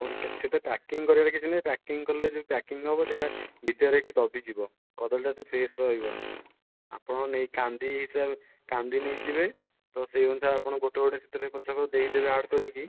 ହଉ ଦେଖିବା ସେଟା ପ୍ୟାକିଙ୍ଗ୍ କରିବାର କିଛି ନାଇ ପ୍ୟାକିଙ୍ଗ୍ କଲେ ଯେଉଁ ପ୍ୟାକିଙ୍ଗ୍ ହେବ ସେଟା ଭିତରେ ରହିକି ଦବି ଯିବ କଦଳୀଟା ଏତେ ଫ୍ରେଶ୍ ରହିବନି ଆପଣ କାନ୍ଧି ନେଇଯିବେ ତ ସେଇଅନୁସାରେ ଆପଣ ଗୋଟେ ଗୋଟେ ସେଥିରେ ପଛକୁ ଦେଇଦେବେ ଆଡ଼୍ କରିକି